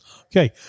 Okay